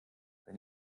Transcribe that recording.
sei